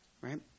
right